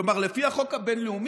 כלומר, לפי החוק הבין-לאומי